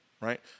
right